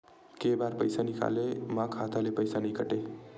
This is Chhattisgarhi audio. के बार पईसा निकले मा खाता ले पईसा नई काटे?